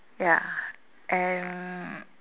ya and